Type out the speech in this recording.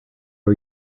are